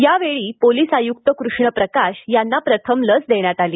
यावेळी पोलीस आयुक्त कृष्ण प्रकाश यांना प्रथम लस देण्यात आली